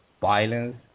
violence